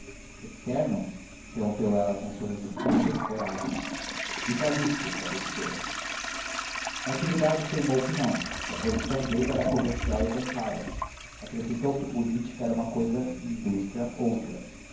eterno interrompeu ela com um sorriso fino e descorado vitalício quero dizer natividade teimou que não que a posição dele era comercial e bancária acrescentou que política era uma cousa e indústria outra